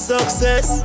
Success